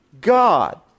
God